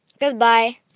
Goodbye